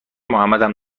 محمدم